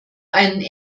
einen